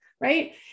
Right